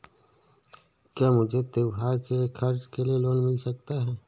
क्या मुझे त्योहार के खर्च के लिए लोन मिल सकता है?